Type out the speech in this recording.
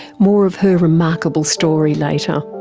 more of her remarkable story later.